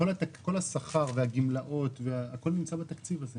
כל השכר והגמלאות הכול נמצא בתקציב הזה?